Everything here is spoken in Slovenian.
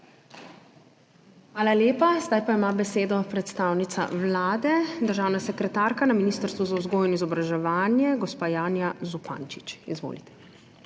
Hvala lepa. Zdaj pa ima besedo predstavnica Vlade, državna sekretarka na Ministrstvu za vzgojo in izobraževanje, gospa Janja Zupančič. Izvolite.